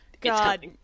god